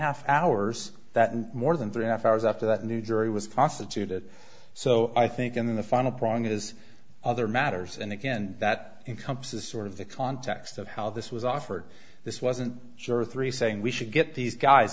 half hours that and more than three half hours after that new jury was constituted so i think in the final prong is other matters and again that encompasses sort of the context of how this was offered this wasn't sure three saying we should get these guys